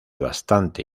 bastante